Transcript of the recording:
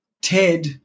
Ted